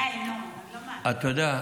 אתה יודע,